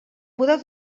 podeu